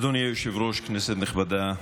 אדוני היושב-ראש, כנסת נכבדה,